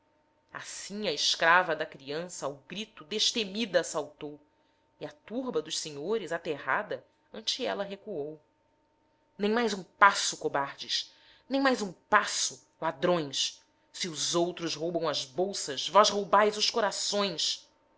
assim a escrava da criança ao grito destemida saltou e a turba dos senhores aterrada ante ela recuou nem mais um passo cobardes nem mais um passo ladrões se os outros roubam as bolsas vós roubais os corações